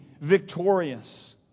victorious